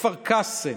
בכפר קאסם,